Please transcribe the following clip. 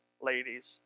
ladies